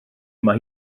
mae